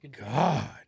God